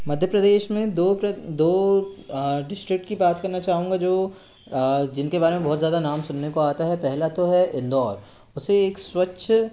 मध्य प्रदेश में दो दो डिस्ट्रिक्ट कि बात करना चाहूँगा जो जिनके बारे में बहुत ज़्यादा नाम सुनने को आता है पहला तो है इंदौर उसे एक स्वच्छ